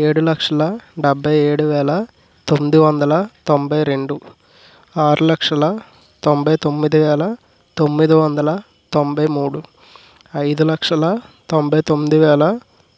ఏడు లక్షల డెబ్భై ఏడు వేల తొమ్మిది వందల తొంభై రెండు ఆరు లక్షల తొంభై తొమ్మిది వేల తొమ్మిది వందల తొంభై మూడు ఐదు లక్షల తొంభై తొమ్మిది వేల